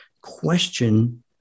Question